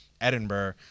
Edinburgh